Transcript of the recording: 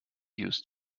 used